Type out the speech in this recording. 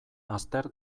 azter